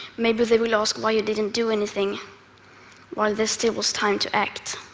maybe they will ask why you didn't do anything while there still was time to act.